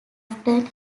often